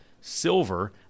silver